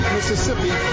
Mississippi